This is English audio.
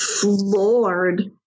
floored